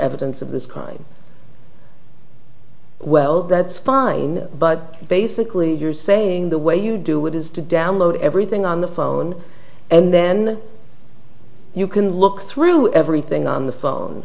evidence of this kind well that's fine but basically you're saying the way you do it is to download everything on the phone and then you can look through everything on the phone